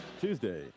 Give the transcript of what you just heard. Tuesday